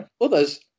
others